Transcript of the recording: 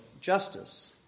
justice